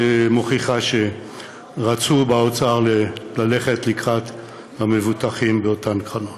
שמוכיחה שרצו באוצר ללכת לקראת המבוטחים באותן קרנות.